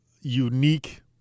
unique